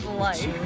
life